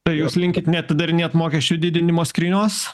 tai jūs linkit neatidarinėt mokesčių didinimo skrynios